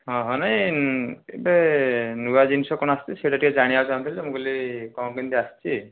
ହଁ ନାହିଁ ଏବେ ନୂଆ ଜିନିଷ କ'ଣ ଆସିଛି ସେଇଟା ଟିକେ ଜାଣିବାକୁ ଚାହୁଁଥିଲି ତ କ'ଣ କେମିତି ଆସିଛି